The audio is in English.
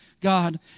God